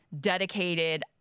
dedicated